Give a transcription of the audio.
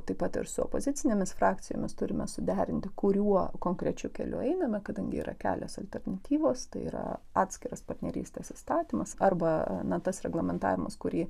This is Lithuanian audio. taip pat ir su opozicinėmis frakcijomis turime suderinti kuriuo konkrečiu keliu einame kadangi yra kelios alternatyvos tai yra atskiras partnerystės įstatymas arba na tas reglamentavimas kurį